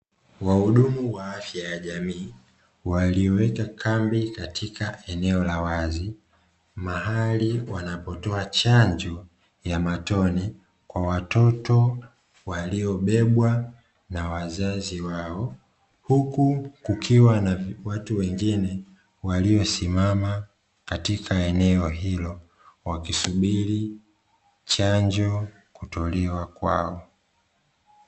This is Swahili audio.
Wahudumu wa afya ya jamii walioweka kambi katika eneo la wazi, mahali wanapotoa chanjo ya matone kwa watoto waliobebwa na wazazi wao. Huku kukiwa na watu wengine waliosimama katika eneo hilo wakisubiri chanjo kutolewa kwao.